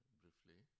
briefly